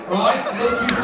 right